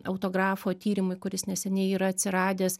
autografo tyrimui kuris neseniai yra atsiradęs